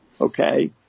Okay